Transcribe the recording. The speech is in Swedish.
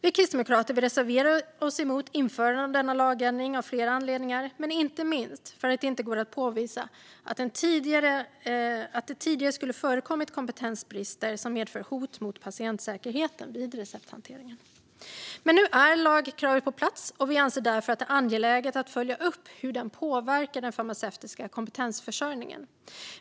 Vi kristdemokrater reserverade oss emot införandet av denna lagändring av flera anledningar, inte minst för att det inte går att påvisa att det tidigare skulle ha förekommit kompetensbrister som medförde ett hot mot patientsäkerheten vid recepthanteringen. Men nu är lagkravet på plats, och vi anser därför att det är angeläget att följa upp hur det påverkar den farmaceutiska kompetensförsörjningen.